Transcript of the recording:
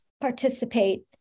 participate